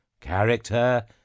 Character